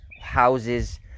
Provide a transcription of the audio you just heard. houses